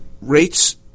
Rates